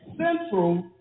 central